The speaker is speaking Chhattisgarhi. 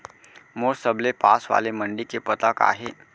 मोर सबले पास वाले मण्डी के पता का हे?